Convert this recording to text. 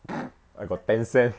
I got ten cent